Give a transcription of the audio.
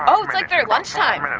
oh it's like their lunch time. oh.